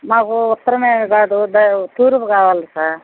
మాకు ఉత్తరమువైపు కాదు తూర్పు కావాలి సార్